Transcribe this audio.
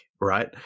right